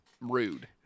Rude